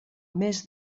mes